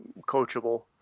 coachable